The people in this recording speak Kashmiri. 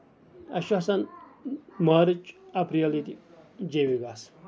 اَسہِ چھُ آسان مارٕچ اپریل ییٚتہِ جیٚمہِ بَس